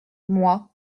moi